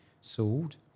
sold